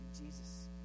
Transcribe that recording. Jesus